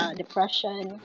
depression